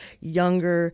younger